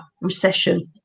recession